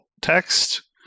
text